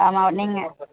ஆமாம் நீங்கள்